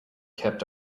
kept